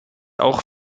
auch